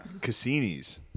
Cassinis